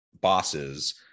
bosses